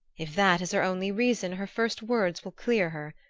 if that is her only reason her first words will clear her.